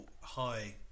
high